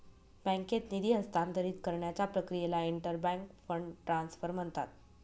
बँकेत निधी हस्तांतरित करण्याच्या प्रक्रियेला इंटर बँक फंड ट्रान्सफर म्हणतात